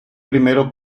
primero